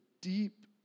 deep